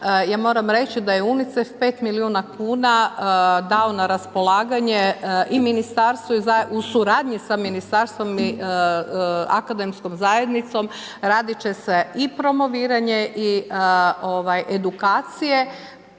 ja moram reći da je UNICEF 5 milijuna kuna dao na raspolaganje i ministarstvu u suradnji sa ministarstvom akademskom zajednicom radit će se i promoviranje i edukacije,